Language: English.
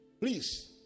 Please